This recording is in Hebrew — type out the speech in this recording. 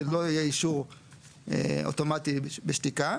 שלא יהיה אישור אוטומטי בשתיקה.